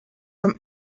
from